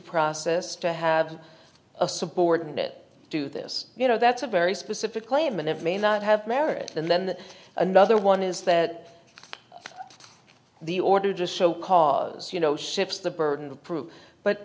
process to have a subordinate do this you know that's a very specific claim and it may not have merit and then another one is that the order just so cause you know shifts the burden